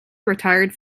retired